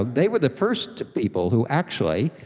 they were the first people who actually,